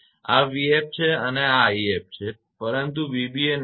આ 𝑣𝑓 છે અને આ 𝑖𝑓 છે પરંતુ હવે 𝑣𝑏 એ negative છે 𝑖𝑏